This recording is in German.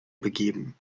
begeben